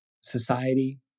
society